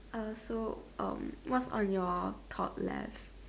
uh so um what's on your top left